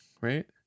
right